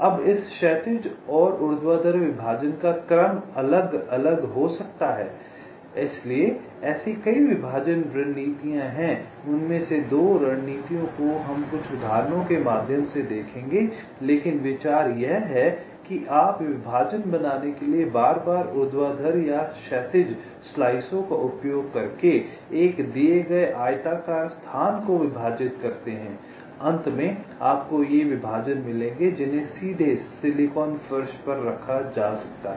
अब इस क्षैतिज और ऊर्ध्वाधर विभाजन का क्रम अलग अलग हो सकता है इसलिए ऐसी कई विभाजन रणनीतियाँ हैं उनमें से 2 रणनीतिओं को हम कुछ उदाहरणों के माध्यम से देखेंगे लेकिन विचार यह है आप विभाजन बनाने के लिए बार बार ऊर्ध्वाधर और क्षैतिज स्लाइसों का उपयोग करके एक दिए गए आयताकार स्थान को विभाजित करते हैं अंत में आपको ये विभाजन मिलेंगे जिन्हें सीधे सिलिकॉन फर्श पर रखा जा सकता है